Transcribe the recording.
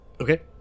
Okay